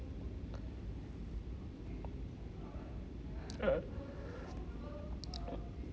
uh